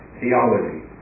theology